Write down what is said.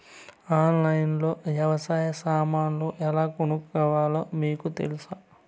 ఆన్లైన్లో లో వ్యవసాయ సామాన్లు ఎలా కొనుక్కోవాలో మీకు తెలుసా?